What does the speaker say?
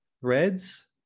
threads